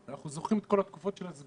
אנחנו זוכרים את כל התקופות של הסגרים,